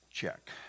check